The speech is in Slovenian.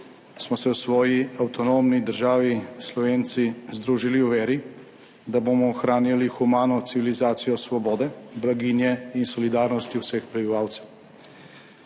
smo se v svoji avtonomni državi Slovenci združili v veri, da bomo ohranjali humano civilizacijo svobode, blaginje in solidarnosti vseh prebivalcev.